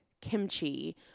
kimchi